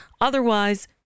Otherwise